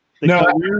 No